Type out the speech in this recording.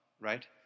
right